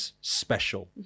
special